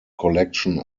collection